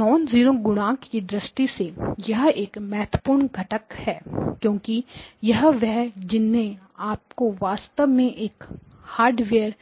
non zero गुणांक की दृष्टि से यह एक महत्वपूर्ण घटक है क्योंकि यह वे हैं जिन्हें आपको वास्तव में एक हार्डवेयर